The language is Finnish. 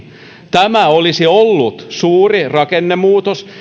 tämä olisi ollut suuri rakennemuutos